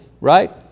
Right